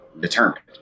determined